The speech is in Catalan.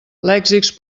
lèxics